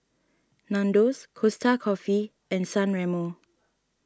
Nandos Costa Coffee and San Remo